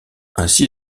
ainsi